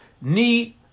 need